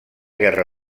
guerra